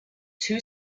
two